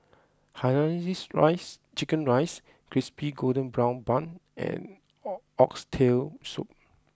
Hainanese Rice Chicken Rice Crispy Golden Brown Bun and Oxtail Soup